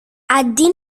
αντί